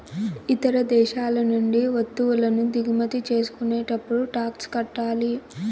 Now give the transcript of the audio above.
ఇతర దేశాల నుండి వత్తువులను దిగుమతి చేసుకునేటప్పుడు టాక్స్ కట్టాలి